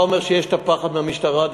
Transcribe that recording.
אתה אומר שיש את הפחד מהמשטרה,